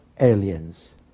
aliens